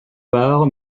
war